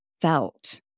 felt